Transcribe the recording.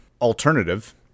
alternative